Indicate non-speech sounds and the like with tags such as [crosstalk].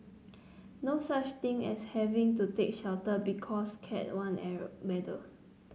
no such thing as having to take shelter because Cat I [unintelligible] weather